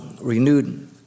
Renewed